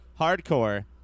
hardcore